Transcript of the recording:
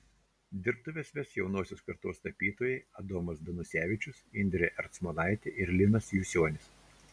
dirbtuves ves jaunosios kartos tapytojai adomas danusevičius indrė ercmonaitė ir linas jusionis